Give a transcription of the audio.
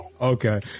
Okay